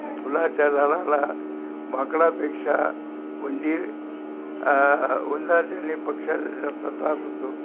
फुलाच्या झाडाला माकडापेक्षा उंदीर उंदरांचा आणि पक्षाचा जास्त त्रास होतो